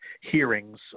hearings